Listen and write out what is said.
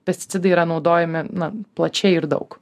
pesticidai yra naudojami na plačiai ir daug